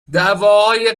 دعویهای